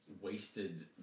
wasted